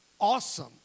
awesome